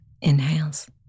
inhales